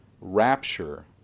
rapture